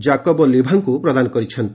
ଜାକୋବା ଲିଭାଙ୍କୁ ପ୍ରଦାନ କରିଛନ୍ତି